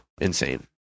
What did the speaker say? insane